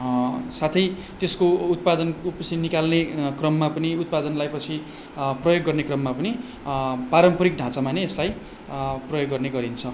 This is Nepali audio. साथै त्यसको उत्पादन निकाल्ने क्रममा पनि उत्पादन लगाए पछि प्रयोग गर्ने क्रममा पनि पारम्परिक ढाँचामा नै यसलाई प्रयोग गर्ने गरिन्छ